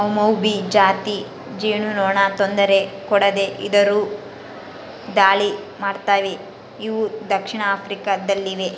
ಮೌಮೌಭಿ ಜಾತಿ ಜೇನುನೊಣ ತೊಂದರೆ ಕೊಡದೆ ಇದ್ದರು ದಾಳಿ ಮಾಡ್ತವೆ ಇವು ದಕ್ಷಿಣ ಆಫ್ರಿಕಾ ದಲ್ಲಿವೆ